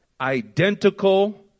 identical